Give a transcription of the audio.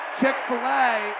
Chick-fil-A